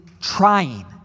trying